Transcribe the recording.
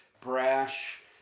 brash